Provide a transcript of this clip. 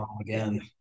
again